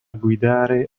guidare